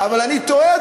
אבל אני תוהה,